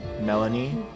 Melanie